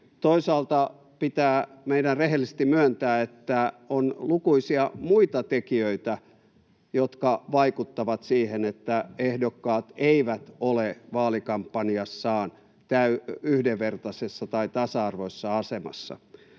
Toisaalta meidän pitää rehellisesti myöntää, että on lukuisia muita tekijöitä, jotka vaikuttavat siihen, että ehdokkaat eivät ole vaalikampanjassaan yhdenvertaisessa tai tasa-arvoisessa asemassa.